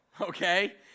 okay